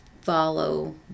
follow